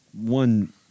one